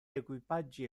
equipaggi